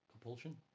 Compulsion